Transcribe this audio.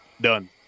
Done